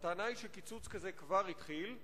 הטענה היא שקיצוץ כזה כבר התחיל,